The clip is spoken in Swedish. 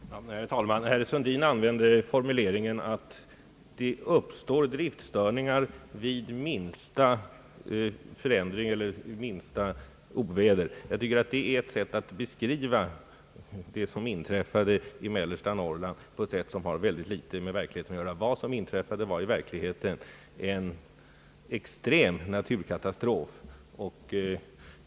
Herr talman! Herr Sundin använde formuleringen att det uppstår driftstörningar vid minsta oväder. Jag tycker att det är ett sätt att beskriva det som inträffade i mellersta Norrland som har mycket litet med verkligheten att göra. Vad som inträffade i verkligheten var en extrem naturkatastrof.